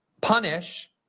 punish